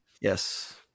Yes